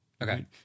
Okay